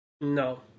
No